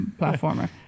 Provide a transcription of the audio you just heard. platformer